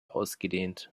ausgedehnt